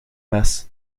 mes